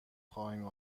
خواهیم